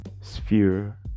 sphere